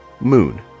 Moon